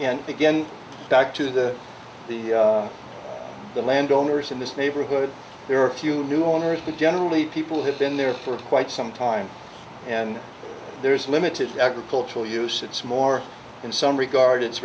and again back to the the the land owners in this neighborhood there are a few new owners but generally people have been there for quite some time and there's limited agricultural use it's more in some regard